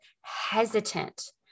hesitant